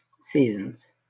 seasons